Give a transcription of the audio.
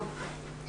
סך